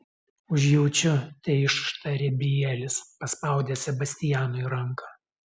užjaučiu teištarė bielis paspaudęs sebastianui ranką